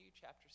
chapter